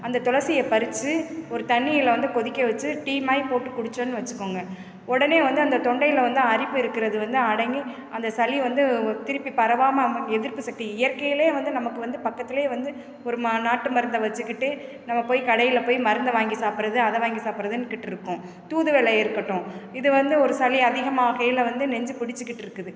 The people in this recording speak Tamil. அந்த துளசியை பறிச்சு ஒரு தண்ணியில் வந்து கொதிக்க வச்சு டீ மாதிரி போட்டு குடிச்சோன்னு வச்சிக்கோங்க உடனே வந்து அந்த தொண்டையில் வந்து அரிப்பு இருக்கிறது வந்து அடங்கி அந்த சளி வந்து திருப்பி பரவாமல் அம்மன் எதிர்ப்பு சக்தி இயற்கையிலே வந்து நமக்கு வந்து பக்கத்திலே வந்து ஒரு ம நாட்டு மருந்தை வச்சிக்கிட்டு நம்ம போய் கடையில் போய் மருந்தை வாங்கி சாப்பிட்றது அதை வாங்கி சாப்பிட்றதுன்க்கிட்ருக்கோம் தூதுவளை இருக்கட்டும் இது வந்து ஒரு சளி அதிகமாகயில வந்து நெஞ்சு பிடிச்சிட்டுக்கிட்ருக்குது